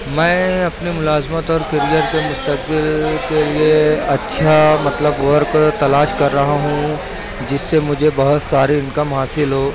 میں اپنی ملازمت اور کیریئر کے مستقبل کے لیے اچھا مطلب ورک تلاش کر رہا ہوں جس سے مجھے بہت ساری انکم حاصل ہو